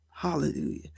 Hallelujah